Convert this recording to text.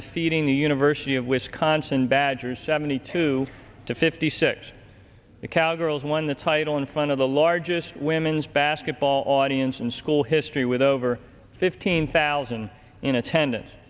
defeating the university of wisconsin badgers seventy two to fifty six the cowgirls won the title in front of the largest women's basketball audience in school history with over fifteen thousand in attendance